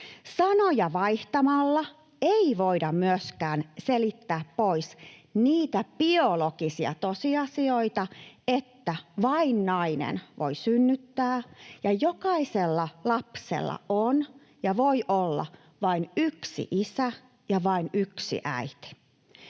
Sanoja vaihtamalla ei voida myöskään selittää pois niitä biologisia tosiasioita, että vain nainen voi synnyttää ja jokaisella lapsella on ja voi olla vain yksi isä ja vain yksi äiti.